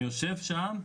אני יושב שם,